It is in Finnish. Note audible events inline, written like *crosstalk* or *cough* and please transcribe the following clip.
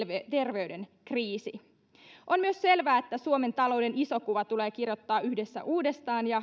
terveyden kriisi on myös selvää että suomen talouden iso kuva tulee kirjoittaa yhdessä uudestaan ja *unintelligible*